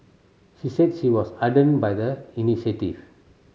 she said she was heartened by the initiative